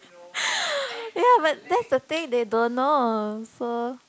ya but that's the thing they don't know so